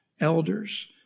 elders